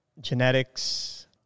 genetics